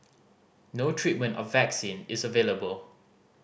no treatment or vaccine is available